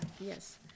yes